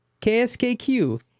KSKQ